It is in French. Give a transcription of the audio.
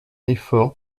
effort